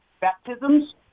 baptisms